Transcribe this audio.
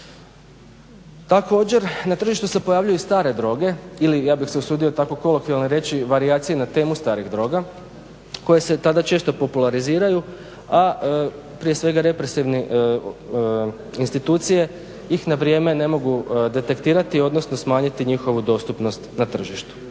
Također, na tržištu se pojavljuju i stare droge ili ja bih se usudio tako kolokvijalno reći varijacije na temu starih droga koje se tada često populariziraju a prije svega represivne institucije ih na vrijeme ne mogu detektirati odnosno smanjiti njihovu dostupnost na tržištu.